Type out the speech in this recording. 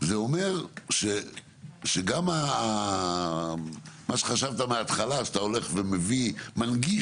זה אומר שגם מה שחשבת מההתחלה שאתה הולך ומנגיש